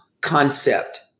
concept